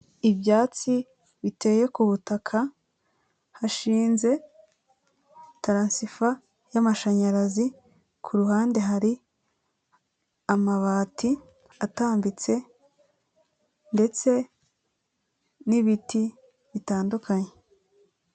Ibyatsi biteye ku butaka hashinze taransifa y'amashanyarazi, ku ruhande hari amabati atambitse, ndetse n'ibiti bitandukanye.